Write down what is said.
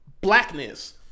blackness